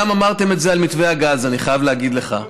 אמרתם את זה גם על מתווה הגז, אני חייב להגיד לך.